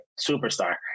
superstar